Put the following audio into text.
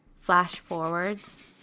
flash-forwards